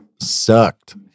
sucked